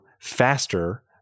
faster